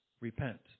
Repent